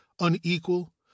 unequal